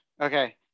Okay